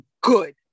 good